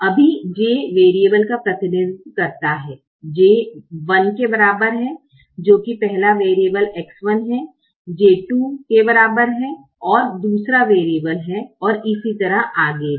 अभी j variable का प्रतिनिधित्व करता है j 1 के बराबर है जो की पहला वेरिएबल X1 है j 2 के बराबर है और दूसरा वेरिएबल है और इसी तरह आगे भी